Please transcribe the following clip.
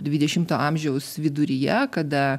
dvidešimto amžiaus viduryje kada